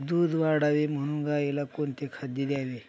दूध वाढावे म्हणून गाईला कोणते खाद्य द्यावे?